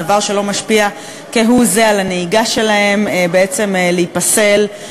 דבר שלא משפיע כהוא-זה על הנהיגה שלהם והם מועדים